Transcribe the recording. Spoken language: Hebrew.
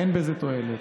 אין בזה תועלת.